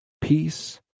peace